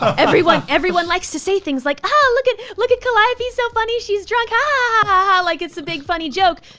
everyone everyone likes to say things like, ah, look at, look at calliope, so funny, she's drunk, ha ha ha, like it's a big, funny joke,